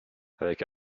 avec